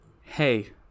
hey